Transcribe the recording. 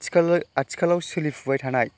आथिखाल आथिखालाव सोलिफुबाय थानाय